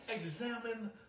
examine